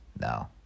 no